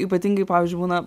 ypatingai pavyzdžiui būna